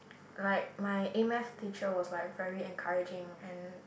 like my A-math teacher was like very encouraging and